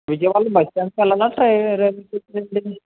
విజయవాడలో బస్ స్టాండ్కి వెళ్ళాలి రైల్వే స్టేషన్